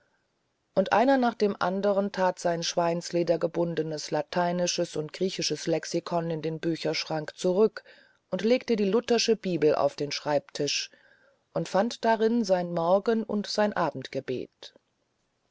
und einer nach dem andern tat sein in schweinsleder gebundenes lateinisches und griechisches lexikon in den bücherschrank zurück und legte die luthersche bibel auf den schreibtisch und fand darin sein morgen und sein